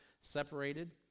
separated